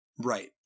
Right